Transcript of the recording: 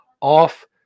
off